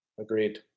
Agreed